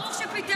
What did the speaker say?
"ברוך שפטרנו".